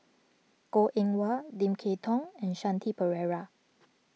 Goh Eng Wah Lim Kay Tong and Shanti Pereira